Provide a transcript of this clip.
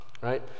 right